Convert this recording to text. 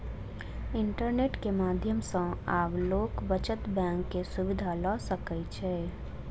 internet के माध्यम सॅ आब लोक बचत बैंक के सुविधा ल सकै छै